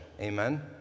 Amen